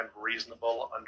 reasonable